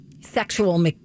sexual